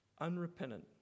unrepentant